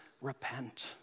repent